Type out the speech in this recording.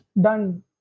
done